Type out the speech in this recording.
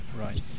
Right